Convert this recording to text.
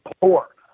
poor